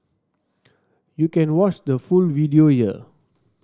you can watch the full video here